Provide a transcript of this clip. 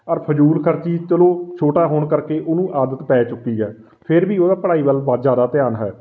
ਔਰ ਫਜ਼ੂਲ ਖਰਚੀ ਚਲੋ ਛੋਟਾ ਹੋਣ ਕਰਕੇ ਉਹਨੂੰ ਆਦਤ ਪੈ ਚੁੱਕੀ ਹੈ ਫਿਰ ਵੀ ਉਹਦਾ ਪੜ੍ਹਾਈ ਵੱਲ ਬਹੁਤ ਜ਼ਿਆਦਾ ਧਿਆਨ ਹੈ